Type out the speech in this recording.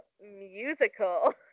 musical